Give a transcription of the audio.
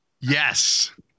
Yes